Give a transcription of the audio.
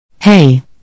Hey